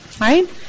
Right